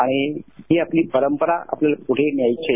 आणि ही आपली परंपरा आपल्याला पुढे न्यायची आहे